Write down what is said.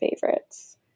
favorites